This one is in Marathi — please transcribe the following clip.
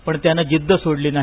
पण त्यानं जिद्द सोडली नाही